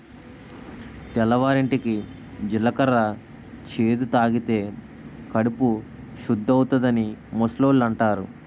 తెల్లవారింటికి జీలకర్ర చేదు తాగితే కడుపు సుద్దవుతాదని ముసలోళ్ళు అంతారు